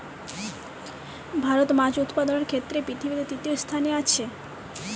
ভারত মাছ উৎপাদনের ক্ষেত্রে পৃথিবীতে তৃতীয় স্থানে আছে